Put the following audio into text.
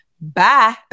bye